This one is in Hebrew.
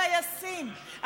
טייסים,